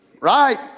Right